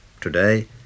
today